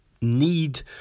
need